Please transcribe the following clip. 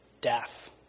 Death